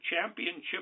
Championship